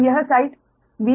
और यह side V small 'an' है